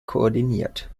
koordiniert